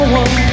one